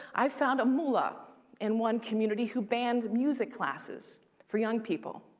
i found a mulah in one community who banned music classes for young people.